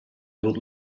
would